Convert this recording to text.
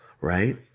right